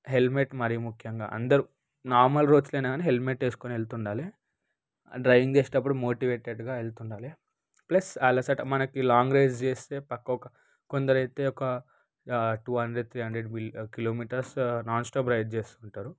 helmet మరీ ముఖ్యంగా అందరూ నార్మల్ రోజులైనా కానీ హెల్మెట్ వేసుకునే వెళ్తుండాలి డ్రైవింగ్ చేసేటప్పుడు మోటివేటెడ్గా వెళ్తుండాలి ప్లస్ అలసట మనకి ఈ లాంగ్ రైడ్స్ చేస్తే పక్క ఒక కొందరైతే ఒక two hundred three hundred meters kilometers nonstop ride చేస్తుంటారు